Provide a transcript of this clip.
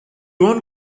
won